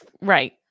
right